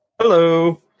Hello